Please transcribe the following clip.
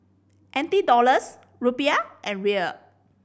N T Dollars Rupiah and Riel